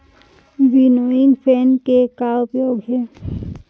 Winnowing fan के का उपयोग हे?